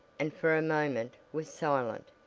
and for a moment, was silent,